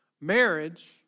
marriage